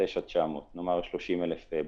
29,900 בקשות.